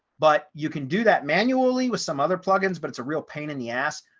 but you can do that manually with some other plugins but it's a real pain in the ass.